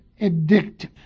addictive